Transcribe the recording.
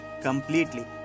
completely